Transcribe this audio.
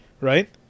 right